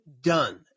done